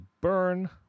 Burn